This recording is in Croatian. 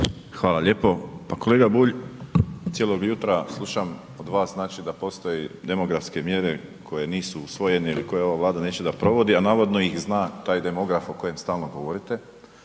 Hvala lijepo. Pa kolega Bulj cijelog jutra slušam od vas znači da postoje demografske mjere koje nisu usvojene ili koje ova Vlada neće da provodi, a navodno ih zna taj demograf o kojem stalno govorite